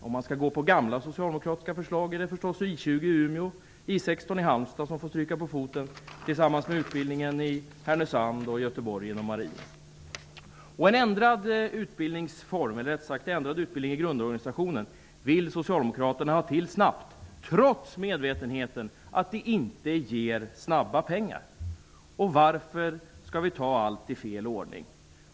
Om man skall gå på gamla socialdemokratiska förslag, är det förstås I 20 i Umeå och I 16 i Halmstad som får stryka på foten tillsammans med den marina utbildningen i Socialdemokraterna ha till stånd snabbt, trots medvetenheten om att det inte ger snabba pengar. Varför skall vi ta allt i fel ordning?